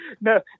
No